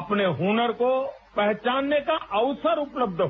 अपने हुनर को पहचानने काअवसर उपलब्ध हो